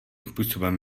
způsobem